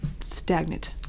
stagnant